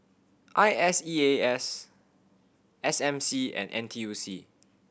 I S E A S S M C and N T U C